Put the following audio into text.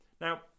Now